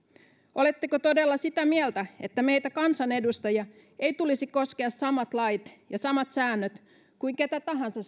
oletteko todella sitä mieltä että meitä kansanedustajia ei tulisi koskea samat lait ja samat säännöt kuin ketä tahansa